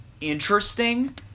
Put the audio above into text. interesting